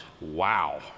Wow